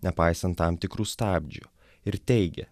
nepaisan tam tikrų stabdžių ir teigė